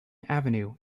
avenue